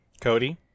Cody